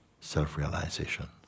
Self-realization